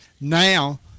Now